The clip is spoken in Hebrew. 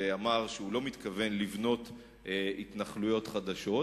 ואמר שהוא לא מתכוון לבנות התנחלויות חדשות.